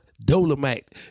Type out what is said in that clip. Dolomite